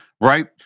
right